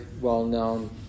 well-known